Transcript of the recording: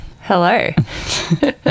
hello